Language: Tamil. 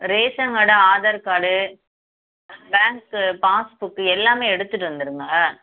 ration card Aadhaar card bank pass book எல்லாமே எடுத்துகிட்டு வந்துருங்க